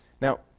Now